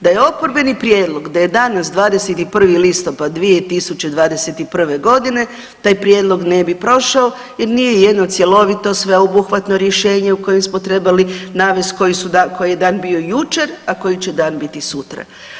Da je oporbeni prijedlog, da je danas 21. listopada 2021. g., taj prijedlog ne bi prošao jer nije jedno cjelovito, sveobuhvatno rješenje u kojem smo trebali navesti koji su, koji je dan bio jučer, a koji će dan biti sutra.